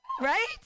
Right